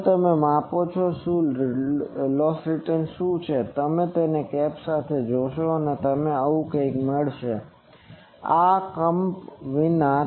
હવે માપો તે શું છે જે રિટર્ન લોસ છે જેથી તમે તમને કેપ સાથે જોશો અને તમને આવું કંઇક મળશે અને આ કેપ વિના